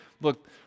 look